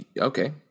okay